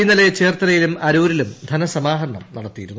ഇന്നലെ ചേർത്തലയിലും അരൂരിലും ധനസമാഹരണം നടത്തിയിരുന്നു